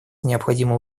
необходимо